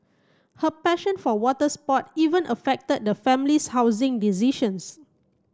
her passion for water sports even affected the family's housing decisions